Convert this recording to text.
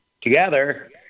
together